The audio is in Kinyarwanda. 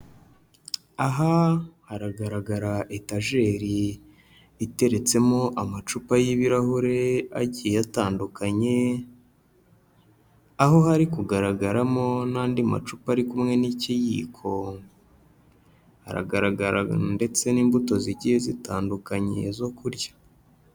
Aha haragaragara etajeri iteretsemo amacupa y'ibirahure agiye atandukanye, aho hari kugaragaramo n'andi macupa ari kumwe n'ikiyiko, haragaragara ndetse n'imbuto zigiye zitandukanye zo kurya.